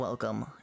Welcome